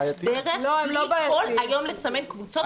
גם בליכוד שמצביעים ליכוד,